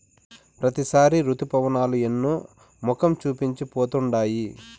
ప్రతిసారి రుతుపవనాలు ఎన్నో మొఖం చూపించి పోతుండాయి